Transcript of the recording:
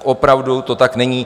Opravdu to tak není.